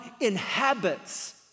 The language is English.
inhabits